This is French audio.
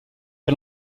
est